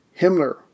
Himmler